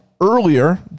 earlier